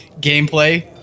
gameplay